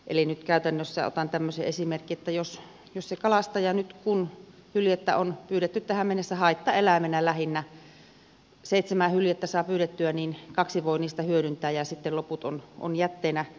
eli nyt otan tämmöisen käytännön esimerkin että jos se kalastaja nyt kun hyljettä on pyydetty tähän mennessä haittaeläimenä lähinnä seitsemän hyljettä saa pyydettyä niin kaksi voi niistä hyödyntää ja sitten loput ovat jätteenä